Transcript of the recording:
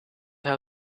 how